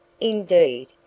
Indeed